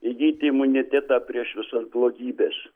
įgyti imunitetą prieš visas blogybes